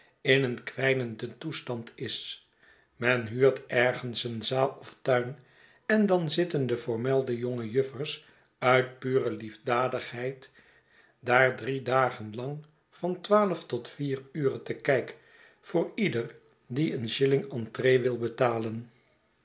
in een kwijnenden toestand is men huurt ergens eene zaal of tuin en dan zitten de voormelde jonge juffers uit pure liefdadigheid daar drie dagen lang van twaalf tot vier ure te kijk voor ieder die een shilling entree wil betalen